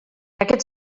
aquest